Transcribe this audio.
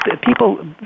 people